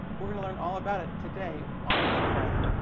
we're going to learn all about it today on azure friday.